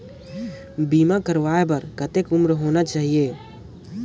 बीमा करवाय बार कतेक उम्र होना चाही?